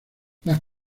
los